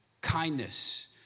kindness